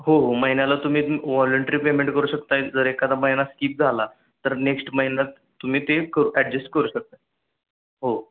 हो हो महिन्याला तुम्ही वॉलेंट्री पेमेंट करू शकत आहे जर एखादा महिना स्किप झाला तर नेक्स्ट महिन्यात तुम्ही ते करू ॲडजस्ट करू शकत आहे हो